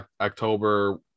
October